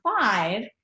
five